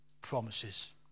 promises